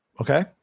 Okay